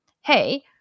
hey